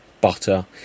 butter